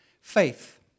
faith